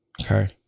Okay